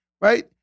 Right